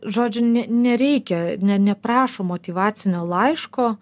žodžiu ne nereikia ne neprašo motyvacinio laiško